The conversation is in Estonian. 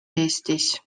eestis